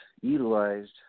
Utilized